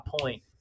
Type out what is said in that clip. point